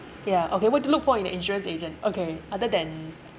ya okay what do you look for in an insurance agent okay other than